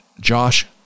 Josh